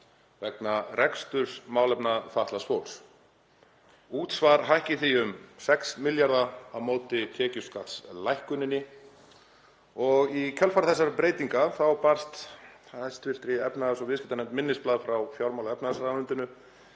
vegna reksturs málefna fatlaðs fólks. Útsvar hækki því um 6 milljarða á móti tekjuskattslækkuninni. Í kjölfar þessara breytinga barst hæstv. efnahags- og viðskiptanefnd minnisblað frá fjármála- og efnahagsráðuneytinu